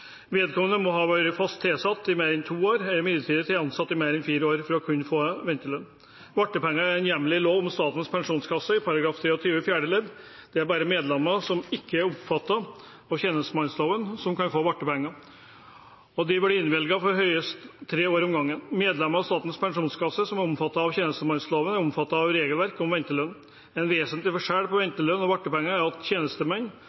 Vedkommende må ha vært fast tilsatt i mer enn to år, eller midlertidig ansatt i mer enn fire år, for å kunne få ventelønn. Vartpenger er hjemlet i lov om Statens pensjonskasse § 23 fjerde ledd. Det er bare medlemmer som ikke er omfattet av tjenestemannsloven, som kan få vartpenger, og de blir innvilget for høyst tre år om gangen. Medlemmer av Statens pensjonskasse som er omfattet av tjenestemannsloven, er omfattet av regelverket om ventelønn. En vesentlig forskjell på ventelønn og vartpenger er at tjenestemenn